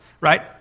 Right